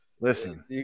Listen